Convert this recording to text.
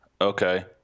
Okay